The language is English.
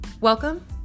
Welcome